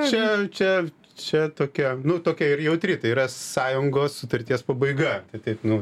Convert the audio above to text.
čia čia čia tokia nu tokia ir jautri yra sąjungos sutarties pabaiga tai taip nu